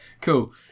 Cool